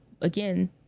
again